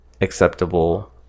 acceptable